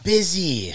Busy